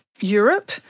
Europe